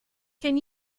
can